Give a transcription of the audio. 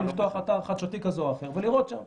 יכול לפתוח אתר חדשותי כזה או אחר ולראות שם